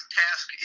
task